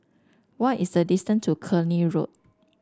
what is the distance to Cluny Road